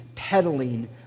peddling